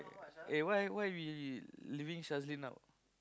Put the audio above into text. eh why why we leaving Shazlin out